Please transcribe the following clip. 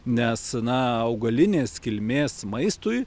nes na augalinės kilmės maistui